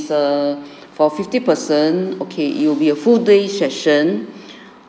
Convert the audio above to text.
a for fifty person okay it will be a full day session